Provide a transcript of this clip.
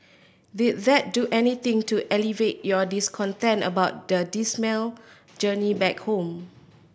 did that do anything to alleviate your discontent about the dismal journey back home